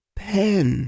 pen